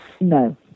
No